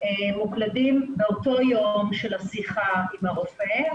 מוקלדים באותו יום של השיחה עם הרופא,